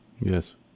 Yes